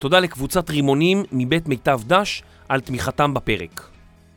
תודה לקבוצת רימונים מבית מיטב דש על תמיכתם בפרק